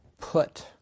put